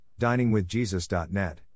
diningwithjesus.net